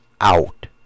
out